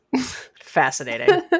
Fascinating